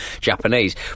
Japanese